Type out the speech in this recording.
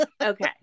okay